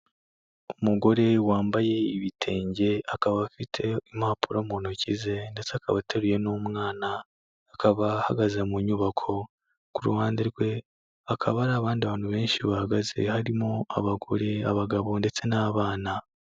Umugore wambaye ibitenge akaba afite impapuro mu ntoki ze ndetse akaba ateruye n'umwana, akaba ahagaze mu nyubako ku ruhande rwe hakaba hari abandi bantu benshi bahagaze harimo abagore, abagabo ndetse n'abana.